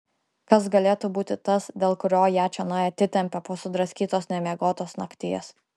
kas galėtų būti tas dėl kurio ją čionai atitempė po sudraskytos nemiegotos nakties